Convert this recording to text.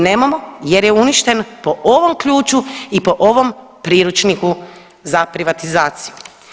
Nemamo jer je uništen po ovom ključu i po ovom priručniku za privatizaciju.